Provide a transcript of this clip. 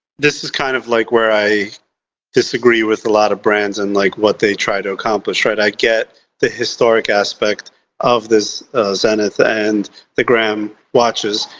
this is kind of like where i disagree with a lot of brands and like, what they try to accomplish, right? i get the historic aspect of this zenith and the graham watches,